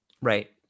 Right